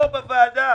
פה בוועדה.